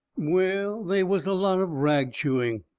well, they was a lot of rag-chewing.